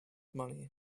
money